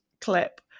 clip